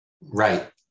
Right